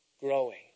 growing